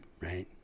right